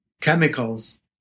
chemicals